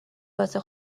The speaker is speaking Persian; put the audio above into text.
واسه